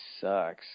sucks